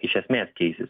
iš esmės keisis